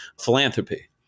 philanthropy